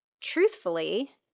truthfully